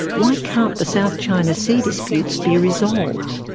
why can't the south china sea disputes be resolved?